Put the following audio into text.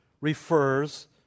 refers